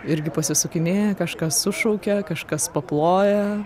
irgi pasisukinėja kažkas sušaukia kažkas paploja